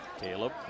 Caleb